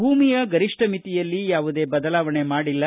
ಭೂಮಿಯ ಗರಿಷ್ಠ ಮಿತಿಯಲ್ಲಿ ಯಾವುದೇ ಬದಲಾವಣೆ ಮಾಡಿಲ್ಲ